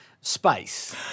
space